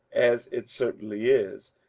as it certainly is,